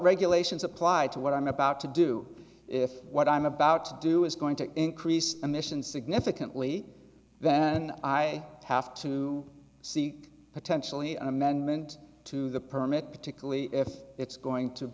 regulations apply to what i'm about to do if what i'm about to do is going to increase emissions significantly then i have to see potentially an amendment to the permit particularly if it's going to